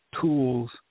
tools